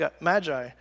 magi